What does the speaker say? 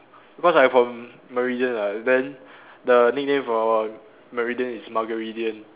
because I'm from Meridian [what] then the nickname for Meridian is muggeridian